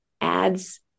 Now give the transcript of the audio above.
adds